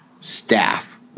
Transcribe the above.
staff